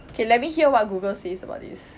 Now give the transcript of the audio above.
okay let me hear what google says about this